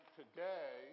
today